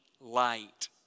light